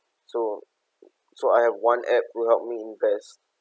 so so I have one app will help me invest